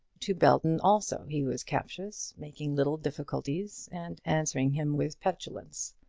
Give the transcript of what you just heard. to belton, also, he was captious, making little difficulties, and answering him with petulance.